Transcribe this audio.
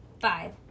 Five